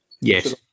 Yes